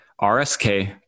RSK